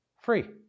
free